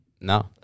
No